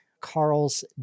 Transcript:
Carl's